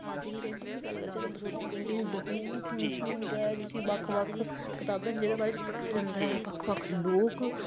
painting दी गल्ल करचै तां जम्मू दी पैंटिंग बहुत मश्हूर ऐ जिसी बक्ख बक्ख कताबें च जेह्दे बारे च पढ़ाया जंदा ऐ बक्ख बक्ख लोक